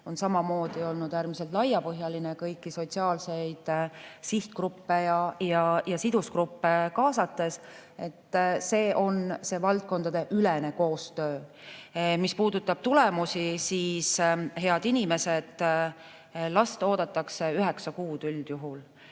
on samamoodi olnud äärmiselt laiapõhjaline, kõiki sotsiaalseid sihtgruppe ja sidusgruppe kaasav. See on see valdkondadeülene koostöö. Mis puudutab tulemusi, siis, head inimesed, last oodatakse üldjuhul